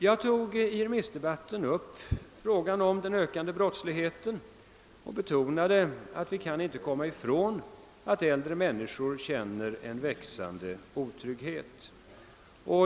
Jag tog i remissdebatten upp frågan om den ökande brottsligheten och betonade att vi inte kan komma ifrån att äldre människor känner en växande otrygghet.